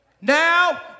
Now